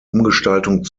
umgestaltung